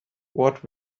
what